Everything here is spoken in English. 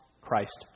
christ